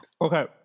Okay